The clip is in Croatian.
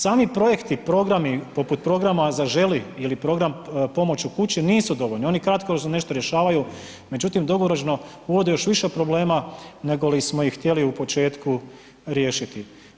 Sami projekti, programi poput programa „Zaželi“ ili program „Pomoć u kući“ nisu dovoljni, oni kratko nešto rješavaju, međutim dugoročno uvode još više problema nego li smo ih htjeli u početku riješiti.